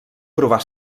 provar